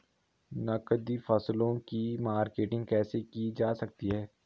नकदी फसलों की मार्केटिंग कैसे की जा सकती है?